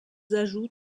ajouts